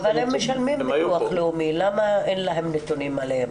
אבל הם משלמים ביטוח לאומי למה אין נתונים עליהם?